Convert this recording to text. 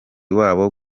wabo